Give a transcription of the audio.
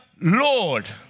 Lord